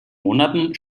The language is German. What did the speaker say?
monaten